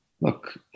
Look